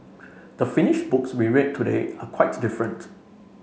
the finished books we read today are quite different